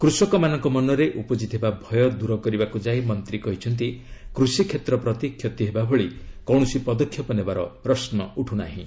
କୃଷକମାନଙ୍କ ମନରେ ଉପୁଜିଥିବା ଭୟ ଦୂର କରିବାକୁ ଯାଇ ମନ୍ତ୍ରୀ କହିଛନ୍ତି କୃଷି କ୍ଷେତ୍ର ପ୍ରତି କ୍ଷତି ହେବା ଭଳି କୌଣସି ପଦକ୍ଷେପ ନେବାର ପ୍ରଶ୍ନ ଉଠୁନାହିଁ